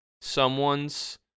someone's